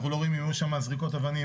אנחנו לא רואים אם היו שם זריקות אבנים,